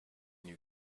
new